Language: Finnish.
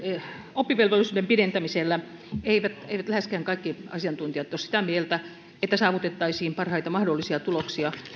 oppivelvollisuuden pidentämisestä eivät läheskään kaikki asiantuntijat ole sitä mieltä että saavutettaisiin parhaita mahdollisia tuloksia